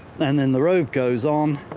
then then the rove goes on.